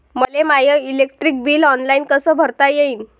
मले माय electric bill online कस भरता येईन?